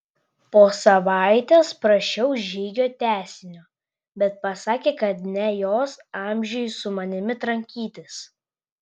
po savaitės prašiau žygio tęsinio bet pasakė kad ne jos amžiui su manimi trankytis